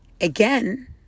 again